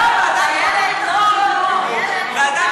ועדת